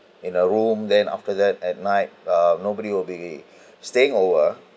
in a room then after that at night uh nobody will be staying over